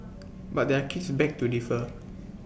but their kids beg to differ